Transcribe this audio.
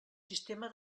sistema